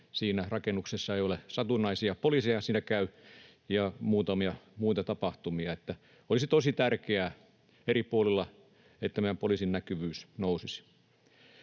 siinä rakennuksessa ei ole. Satunnaisia poliiseja siinä käy ja muutamia muita tapahtumia on. Olisi tosi tärkeää, että meidän poliisin näkyvyys nousisi